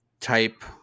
type